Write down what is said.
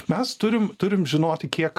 mes turim turim žinoti kiek